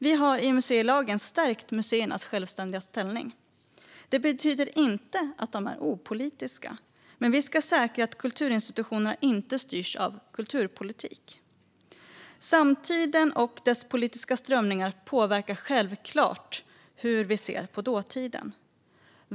Vi har i museilagen stärkt museernas självständiga ställning. Det betyder inte att de är opolitiska, men vi ska säkra att kulturinstitutionerna inte styrs av kulturpolitik. Samtiden och dess politiska strömningar påverkar självklart hur vi ser på dåtiden.